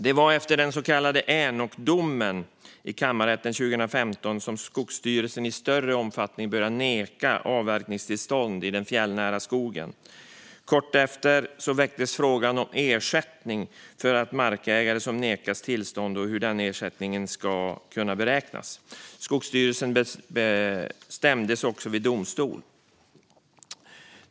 Det var efter den så kallade Änokdomen i kammarrätten 2015 som Skogsstyrelsen i större omfattning började neka avverkningstillstånd i den fjällnära skogen. Kort därefter väcktes frågan om ersättning för markägare som nekats tillstånd och hur den ska beräknas. Skogsstyrelsen stämdes också i domstol.